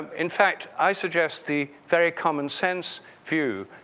in fact, i suggest the very common sense view.